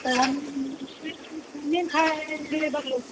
chowmein दस लोग